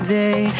day